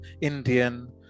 Indian